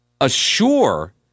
assure